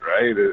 right